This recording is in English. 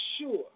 sure